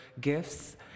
gifts